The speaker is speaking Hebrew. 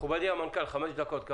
מכובדי המנכ"ל, בבקשה, חמש דקות.